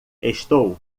estou